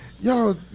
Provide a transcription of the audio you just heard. yo